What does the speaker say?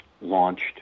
launched